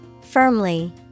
Firmly